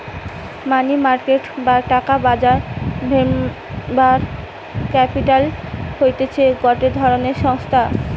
মানি market বা টাকার বাজার ভেঞ্চার ক্যাপিটাল হতিছে গটে ধরণের সংস্থা